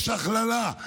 יש הכללה.